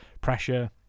pressure